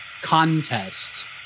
contest